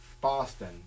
Boston